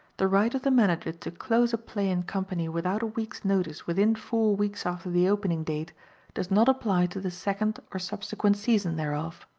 the right of the manager to close a play and company without a week's notice within four weeks after the opening date does not apply to the second or subsequent season thereof.